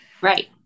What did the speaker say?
right